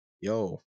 yo